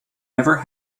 never